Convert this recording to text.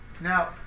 Now